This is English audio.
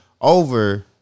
over